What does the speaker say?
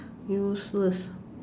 useless